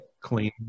clean